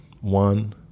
one